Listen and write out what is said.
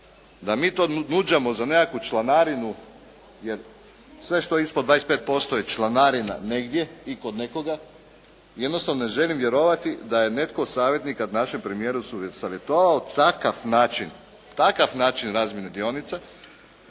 da mi to nuđamo za nekakvu članarinu jer sve što je ispod 25% je članarina negdje i kod nekoga. Jednostavno ne želim vjerovati da je netko od savjetnika našem premijeru savjetovao takav način razmjene dionica